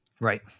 Right